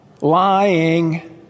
Lying